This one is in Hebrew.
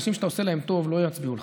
אנשים שאתה לא עושה להם טוב לא יצביעו לך,